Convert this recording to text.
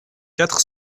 quatre